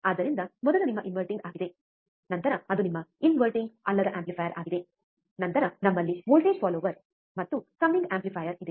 ಆದ್ದರಿಂದ ಮೊದಲು ನಿಮ್ಮ ಇನ್ವರ್ಟಿಂಗ್ ಆಗಿದೆ ನಂತರ ಅದು ನಿಮ್ಮ ಇನ್ವರ್ಟಿಂಗ್ ಅಲ್ಲದ ಆಂಪ್ಲಿಫೈಯರ್ ಆಗಿದೆ ನಂತರ ನಮ್ಮಲ್ಲಿ ವೋಲ್ಟೇಜ್ ಫಾಲೋಯರ್ ಮತ್ತು ಸಮ್ಮಿಂಗ್ ಆಂಪ್ಲಿಫಯರ್ ಇದೆ